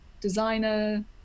designer